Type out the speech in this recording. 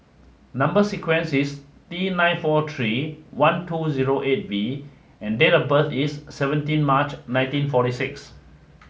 number sequence is T nine four three one two zero eight V and date of birth is seventeen March nineteen forty six